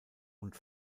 und